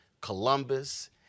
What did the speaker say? Columbus